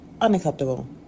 unacceptable